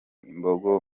imbogo